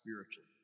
spiritually